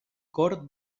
cor